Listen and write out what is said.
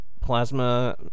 plasma